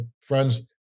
friends